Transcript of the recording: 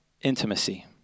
intimacy